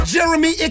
Jeremy